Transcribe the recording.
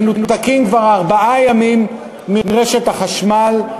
מנותקים כבר ארבעה ימים מרשת החשמל.